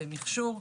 במיכשור,